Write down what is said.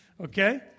okay